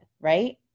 right